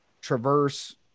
traverse